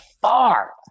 far